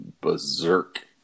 berserk